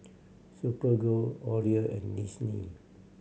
Superga Odlo and Disney